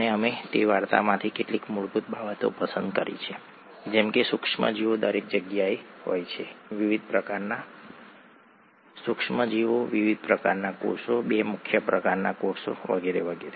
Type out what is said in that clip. અને અમે તે વાર્તામાંથી કેટલીક મૂળભૂત બાબતો પસંદ કરી છે જેમ કે સૂક્ષ્મજીવો દરેક જગ્યાએ હોય છે વિવિધ પ્રકારના સુક્ષ્મસજીવો વિવિધ પ્રકારના કોષો બે મુખ્ય પ્રકારના કોષો વગેરે